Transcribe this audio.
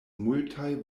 multaj